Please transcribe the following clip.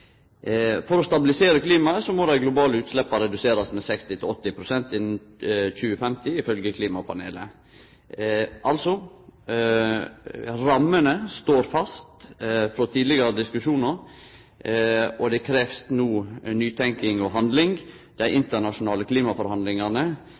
For å stabilisere klimaet må dei globale utsleppa reduserast med 60–80 pst. innan 2050, ifølgje klimapanelet. Rammene står altså fast frå tidlegare diskusjonar, og det krevst no nytenking og handling. Dei